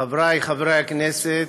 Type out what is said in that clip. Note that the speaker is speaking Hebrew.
חבריי חברי הכנסת,